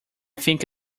think